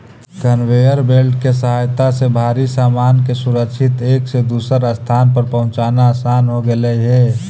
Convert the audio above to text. conveyor belt के सहायता से भारी सामान के सुरक्षित एक से दूसर स्थान पर पहुँचाना असान हो गेलई हे